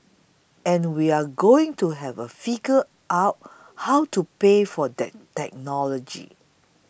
and we're going to have to figure out how to pay for that technology